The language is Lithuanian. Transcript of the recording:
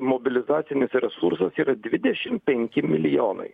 mobilizacinis resursas yra dvidešim penki milijonai